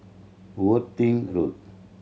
Worthing Road